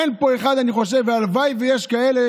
אין פה אחד, אני חושב, והלוואי שיש כאלה